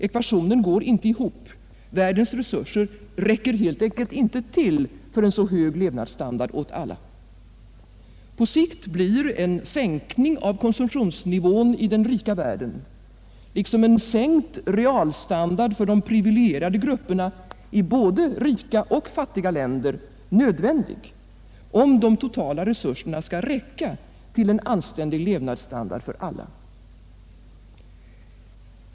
Ekvationen går inte ihop, världens resurser räcker helt enkelt inte till för en så hög levnadsstandard åt alla. På sikt blir en sänkning av konsumtionsnivån i den rika världen — liksom en sänkt realstandard för de privilegierade grupperna i både rika och fattiga länder — nödvändig om de totala resurserna skall räcka till en anständig levnadsstandard för alla.